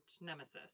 nemesis